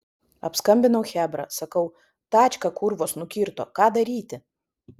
apskambinau chebra sakau tačką kurvos nukirto ką daryti